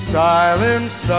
silence